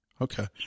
Okay